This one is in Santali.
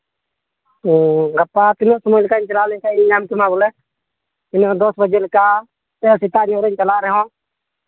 ᱜᱟᱯᱟ ᱛᱤᱱᱟᱹᱜ ᱥᱚᱢᱚᱭ ᱞᱮᱱᱠᱷᱟᱱ ᱪᱟᱞᱟᱣ ᱞᱮᱱᱠᱷᱟᱱ ᱧᱟᱢ ᱠᱮᱢᱟ ᱵᱚᱞᱮ ᱤᱱᱟᱹ ᱫᱚᱥ ᱵᱟᱡᱮ ᱞᱮᱠᱟ ᱥᱮᱛᱟᱜ ᱧᱚᱜ ᱨᱤᱧ ᱪᱟᱞᱟᱜ ᱨᱮᱦᱚᱸ